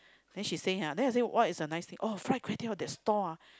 then she say ah then what is the nice thing oh fried kway-teow that stall ah